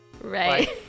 Right